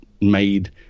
made